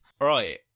Right